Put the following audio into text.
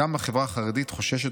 "גם החברה החרדית חוששת,